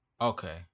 Okay